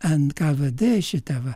nkvd šita va